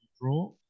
draw